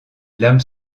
l’âme